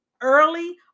early